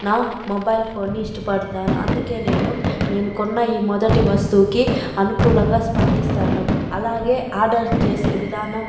నా mobile phone ని ఇష్టపడతాను అందుకే నేను నేను కొన్న ఈ మొదటి వస్తువుకి అనుకూలంగా స్పందిస్తాను అలాగే ఆర్డర్ చేసే విధానం